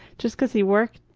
just cause he worked,